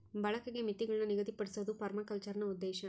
ಬಳಕೆಗೆ ಮಿತಿಗುಳ್ನ ನಿಗದಿಪಡ್ಸೋದು ಪರ್ಮಾಕಲ್ಚರ್ನ ಉದ್ದೇಶ